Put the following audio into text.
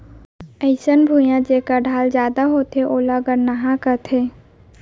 अइसन भुइयां जेकर ढाल जादा होथे ओला गरनहॉं कथें